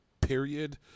period